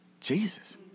Jesus